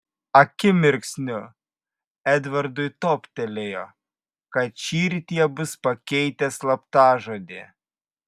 akimirksniu edvardui toptelėjo kad šįryt jie bus pakeitę slaptažodį